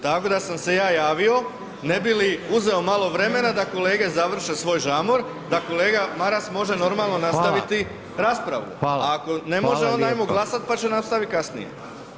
Tako da sam se ja javio ne bi li uzeo malo vremena da kolege završe svoj žamor, da kolega Maras može normalno nastaviti raspravu [[Upadica: Hvala, hvala.]] a ako ne može onda ajmo glasati pa će nastavit kasnije.